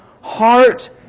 heart